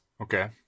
Okay